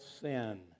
sin